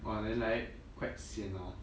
!wah! then like quite sian hor